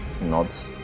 Nods